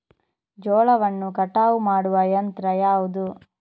ಜೋಳವನ್ನು ಕಟಾವು ಮಾಡುವ ಯಂತ್ರ ಯಾವುದು?